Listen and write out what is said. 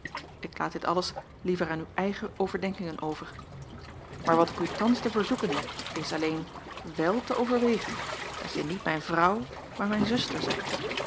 ik laat dit alles liever aan uw eigen overdenkingen over maar wat ik u thans te verzoeken heb is alleen wel te overwegen dat je niet mijn vrouw maar mijn zuster zijt